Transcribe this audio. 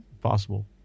possible